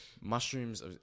Mushrooms